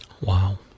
Wow